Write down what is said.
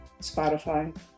Spotify